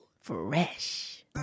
Fresh